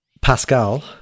pascal